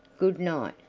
good-night,